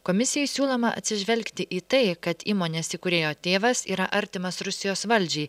komisijai siūloma atsižvelgti į tai kad įmonės įkūrėjo tėvas yra artimas rusijos valdžiai